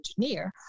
engineer